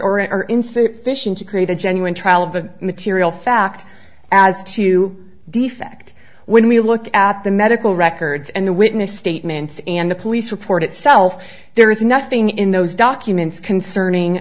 inserted fission to create a genuine trial of a material fact as to defect when we look at the medical records and the witness statements and the police report itself there is nothing in those documents concerning